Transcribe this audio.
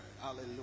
Hallelujah